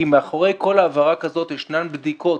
כי מאחורי כל העברה כזאת ישנן בדיקות